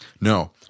No